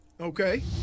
Okay